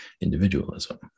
individualism